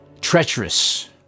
treacherous